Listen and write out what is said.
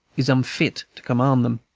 is unfit to command them.